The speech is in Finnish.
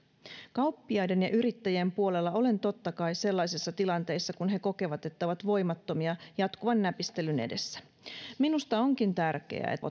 kauppiaiden ja yrittäjien puolella olen totta kai sellaisissa tilanteissa kun he kokevat että ovat voimattomia jatkuvan näpistelyn edessä minusta onkin tärkeää että